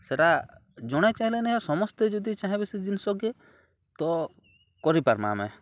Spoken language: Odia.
ସେଇଟା ଜଣେ ଚାହିଁଲେ ନେଇ ହଏ ସମସ୍ତେ ଯଦି ଚାହେଁବେ ବେଶୀ ଜିନିଷକେ ତ କରି ପାର୍ମା ମେ